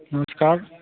नमस्कार